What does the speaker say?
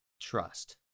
trust